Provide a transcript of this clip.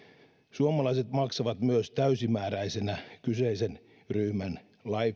suomalaiset maksavat myös täysimääräisenä kyseisen ryhmän